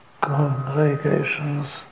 congregations